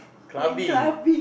clubbing